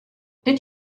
did